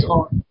on